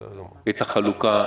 את החלוקה,